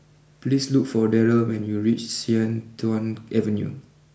please look for Darryll when you reach Sian Tuan Avenue